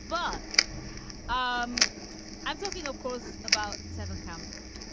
but um i'm talking, of course, about seven, campbell.